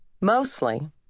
Mostly